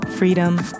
freedom